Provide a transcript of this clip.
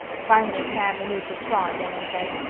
finally sam removed his straw again and said,